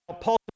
Paul